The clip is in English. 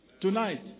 Tonight